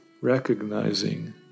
recognizing